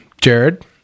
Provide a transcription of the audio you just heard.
Jared